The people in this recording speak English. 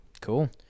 Cool